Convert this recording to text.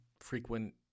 frequent